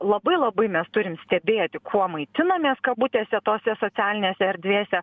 labai labai mes turim stebėti kuo maitinamės kabutėse tose socialinėse erdvėse